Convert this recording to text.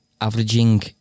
averaging